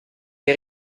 che